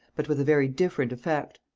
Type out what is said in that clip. but with a very different effect.